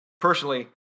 personally